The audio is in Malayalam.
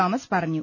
തോമസ് പറഞ്ഞു